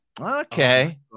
okay